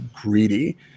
greedy